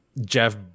Jeff